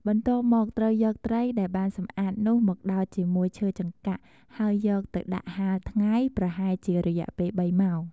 បន្ទាប់មក ត្រូវយកត្រីដែលបានសម្អាតនោះមក ដោតជាមួយឈើចង្កាក់ ហើយយកទៅដាក់ហាលថ្ងៃប្រហែលជារយៈពេល ៣ម៉ោង។